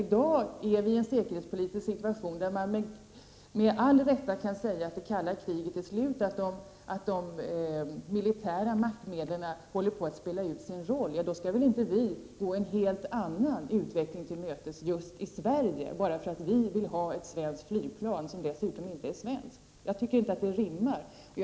I dag har vi en säkerhetspolitisk situation som innebär att vi med all rätt kan säga att det kalla kriget är slut, att de militära maktmedlen håller på att spela ut sin roll. Då skall väl inte vi gå en helt annan utveckling till mötes just i Sverige, bara för att vi vill ha ett svenskt flygplan, som dessutom inte är svenskt. Jag tycker att det rimmar illa.